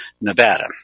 nevada